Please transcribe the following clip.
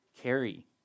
Carry